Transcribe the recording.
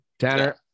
Tanner